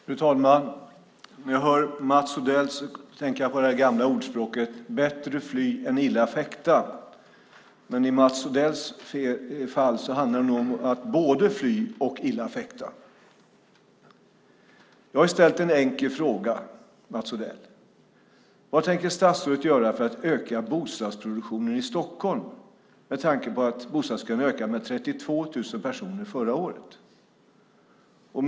Fru talman! När jag hör Mats Odell tänker jag på det gamla ordspråket Bättre fly än illa fäkta, men i Mats Odells fall handlar det nog om att både fly och illa fäkta. Jag har ställt en enkel fråga, Mats Odell. Vad tänker statsrådet göra för att öka bostadsproduktionen i Stockholm med tanke på att bostadskön ökade med 32 000 personer förra året?